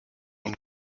und